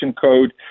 code